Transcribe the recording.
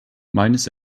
meines